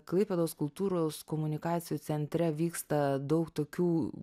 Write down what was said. klaipėdos kultūros komunikacijų centre vyksta daug tokių